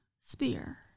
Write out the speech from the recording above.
spear